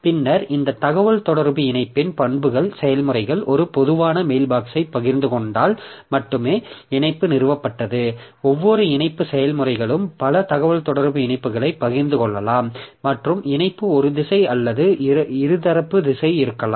பின்னர் இந்த தகவல்தொடர்பு இணைப்பின் பண்புகள் செயல்முறைகள் ஒரு பொதுவான மெயில்பாக்ஸ்யைப் பகிர்ந்து கொண்டால் மட்டுமே இணைப்பு நிறுவப்பட்டது ஒவ்வொரு இணைப்பு செயல்முறைகளும் பல தகவல்தொடர்பு இணைப்புகளைப் பகிர்ந்து கொள்ளலாம் மற்றும் இணைப்பு ஒரு திசை அல்லது இருதரப்புதிசை இருக்கலாம்